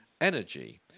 energy